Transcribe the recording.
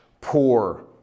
poor